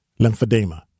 lymphedema